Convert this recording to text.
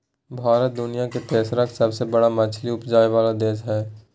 भारत दुनिया के तेसरका सबसे बड़ मछली उपजाबै वाला देश हय